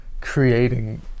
creating